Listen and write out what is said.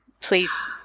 please